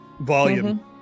volume